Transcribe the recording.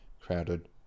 crowded